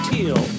Teal